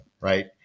Right